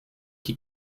die